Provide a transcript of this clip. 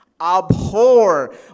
abhor